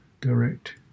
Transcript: direct